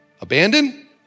Abandon